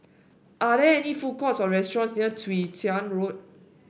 are there any food courts or restaurants near Chwee Chian Road